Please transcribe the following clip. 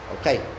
okay